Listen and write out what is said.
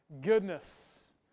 goodness